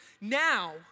Now